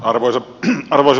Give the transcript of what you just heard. arvoisa puhemies